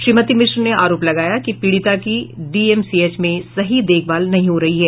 श्रीमती मिश्र ने आरोप लगाया कि पीड़िता की डीएमसीएच में सही देखभाल नहीं हो रही है